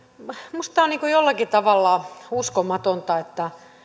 minusta tämä on jollakin tavalla uskomatonta